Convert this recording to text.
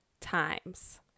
times